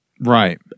Right